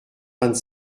vingt